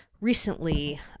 recently